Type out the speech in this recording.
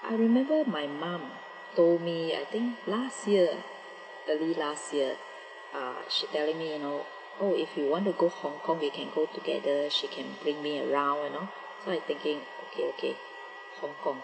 I remember my mum told me I think last year early last year ah she telling me you know oh if you want to go hong kong we can go together she can bring me around you know so I thinking okay okay hong kong